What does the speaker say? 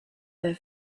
their